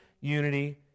unity